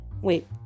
wait